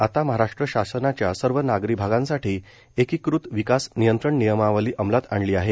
आता महाराष्ट्र शासनाचे सर्व नागरी भागांसाठी एकत्रिकृत विकास नियंत्रण नियमावली अमलात आणली आहे